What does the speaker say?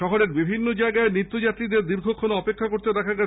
শহরের বিভিন্ন জায়গায় নিত্য যাত্রীদের দীর্ঘক্ষণ অপেক্ষা করতে দেখা যায়